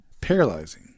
paralyzing